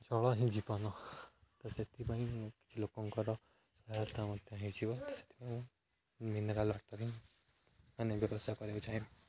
ଜଳ ହିଁ ଜୀବନ ତ ସେଥିପାଇଁ ମୁ କିଛି ଲୋକଙ୍କର ସହାୟତା ମଧ୍ୟ ହୋଇଯିବ ସେଥିପାଇଁ ମୁଁ ମିନେରାଲ୍ ୱାଟର୍ ହିଁ ମାନେ ବ୍ୟବସାୟ କରିବାକୁ ଚାହେଁ